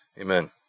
amen